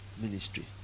ministry